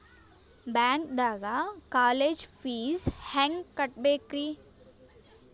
ಬ್ಯಾಂಕ್ದಾಗ college fees ಹೆಂಗ್ ಕಟ್ಟ್ಬೇಕ್ರಿ?